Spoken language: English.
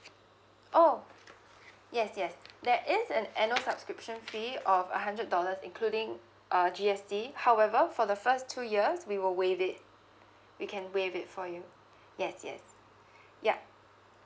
oh yes yes there is an annual subscription fee of a hundred dollars including uh G_S_T however for the first two years we will waive it we can waive it for you yes yes yup